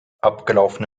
abgelaufene